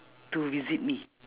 to visit me